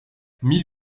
mille